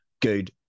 good